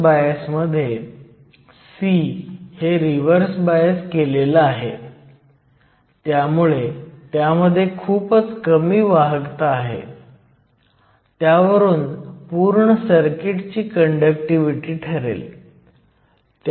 तर built in potential किंवा built in voltage काहीही नाही परंतु फर्मी लेव्हल पोझिशन्समधील फरक आहे